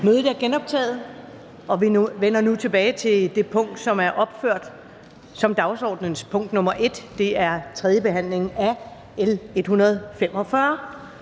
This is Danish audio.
Mødet er genoptaget. Vi vender nu tilbage til det punkt, som er opført som dagsordenens punkt 1, som er tredje behandling af L 145.